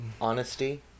Honesty